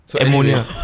ammonia